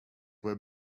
were